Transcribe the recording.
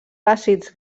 àcids